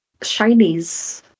shinies